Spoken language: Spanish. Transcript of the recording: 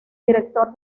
director